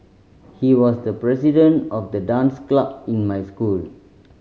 he was the president of the dance club in my school